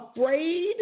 afraid